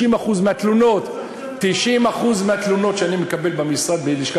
90% מהתלונות שאני מקבל במשרד מהלשכה